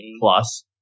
plus